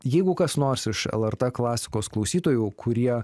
jeigu kas nors iš lrt klasikos klausytojų kurie